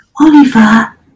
Oliver